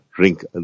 drink